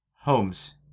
Holmes